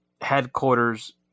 headquarters